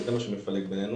וזה מה שמפלג בינינו,